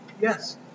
yes